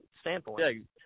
standpoint